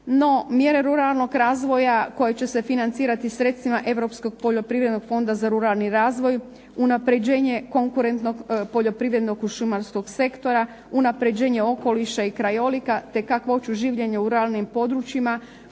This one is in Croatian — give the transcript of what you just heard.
No, mjere ruralnog razvoja koje će se financirati sredstvima Europskog poljoprivrednog fonda za ruralni razvoj, unapređenje konkurentnog poljoprivrednog šumarskog sektora, unapređenje okoliša i krajolika i kakvoću življenja u ruralnim područjima,